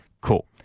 Cool